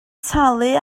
talu